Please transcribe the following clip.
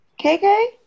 KK